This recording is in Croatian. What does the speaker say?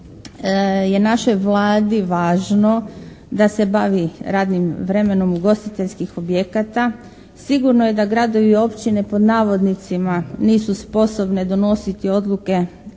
našoj Vladi važno da se bavi radnim vremenom ugostiteljskih objekata, sigurno je da gradovi i općine pod navodnicima, nisu sposobne donositi odluke